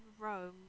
rome